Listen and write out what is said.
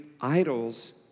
idols